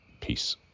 Peace